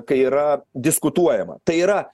kai yra diskutuojama tai yra